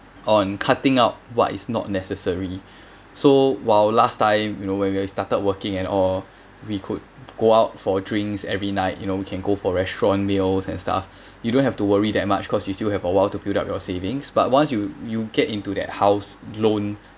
on cutting out what is not necessary so while last time you know when we started working and all we could go out for drinks every night you know you can go for restaurant meals and stuff you don't have to worry that much because you still have a while to build up your savings but once you you get into that house loan